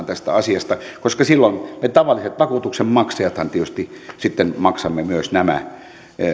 tästä asiasta koska silloin me tavalliset vakuutuksen maksajathan tietysti maksamme myös